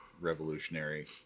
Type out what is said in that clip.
revolutionary